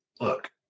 look